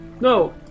No